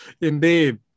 indeed